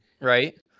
right